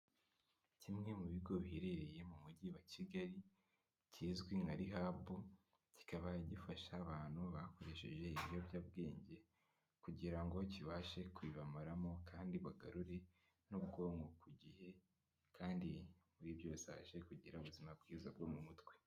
Kimwe mu bigo biherereye mu mujyi wa Kigali kizwi nka rihabu, kikaba gifasha abantu bakoresheje ibiyobyabwenge kugira ngo kibashe kubibamaramo kandi bagarure n'ubwonko ku gihe. Kandi muri byose haje kugira ubuzima bwiza bwo mu mutwe.